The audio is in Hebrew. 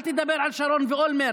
אל תדבר על שרון ואולמרט,